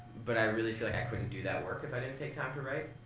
but i really feel like i couldn't do that work if i didn't take time to write.